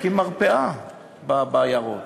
להקים מרפאה בעיירות,